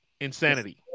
insanity